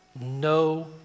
no